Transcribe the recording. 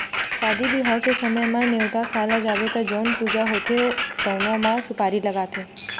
सादी बिहाव के समे म, नेवता खाए ल जाबे त जउन पूजा होथे तउनो म सुपारी लागथे